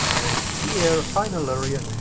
and here, final area.